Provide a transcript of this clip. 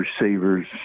receivers